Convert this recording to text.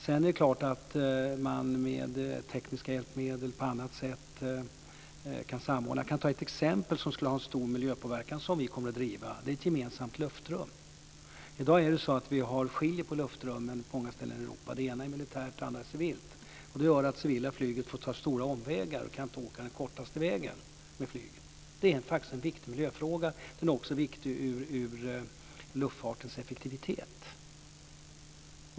Sedan är det klart att man med tekniska hjälpmedel och på annat sätt kan samordna. Ett exempel som skulle ha stor miljöpåverkan och som vi kommer att driva är ett gemensamt luftrum. I dag skiljer vi på militärt och civilt luftrum på många ställen i Europa. Det gör att det civila flyget får ta stora omvägar. Man kan inte åka den kortaste vägen med flyget. Det är faktiskt en viktig miljöfråga. Den är också viktig med tanke på luftfartens effektivitet.